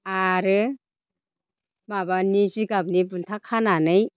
आरो माबानि जिगाबनि बुन्था खानानै